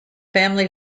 family